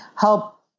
help